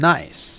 Nice